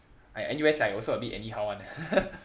ah N_U_S also like a bit anyhow [one]